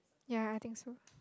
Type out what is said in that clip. ya I think so